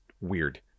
weird